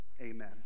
amen